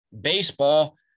baseball